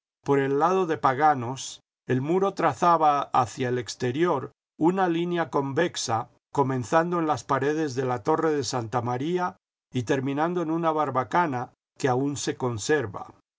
por el lado de paganos el muro trazaba hacia el exterior una línea convexa comenzando en las paredes de la torre de santa maría y terminando en una barbacana que aun se conserva